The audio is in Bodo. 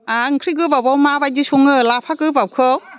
आरो ओंख्रि गोबाबआव माबायदि सङो लाफा गोबाबखौ